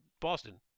Boston